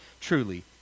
truly